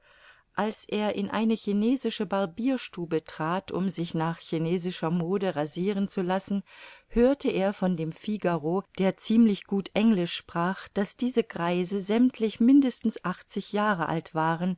als er in eine chinesische barbierstube trat um sich nach chinesischer mode rasiren zu lassen hörte er von dem figaro der ziemlich gut englisch sprach daß diese greise sämmtlich mindestens achtzig jahre alt waren